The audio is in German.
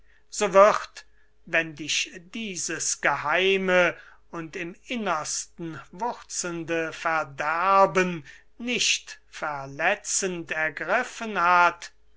so wird wenn dich dieses geheime und im innersten wurzelnde verderben nicht verletzend ergriffen hat